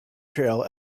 trail